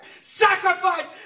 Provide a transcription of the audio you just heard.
Sacrifice